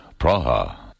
Praha